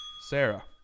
Sarah